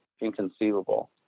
inconceivable